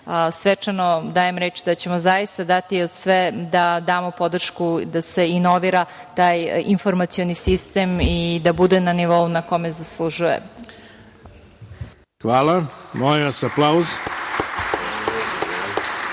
svečano dajem reč da ćemo zaista dati sve da damo podršku da se inovira taj informacioni sistem i da bude na nivou koji zaslužuje. **Ivica Dačić**